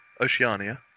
Oceania